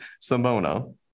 Simona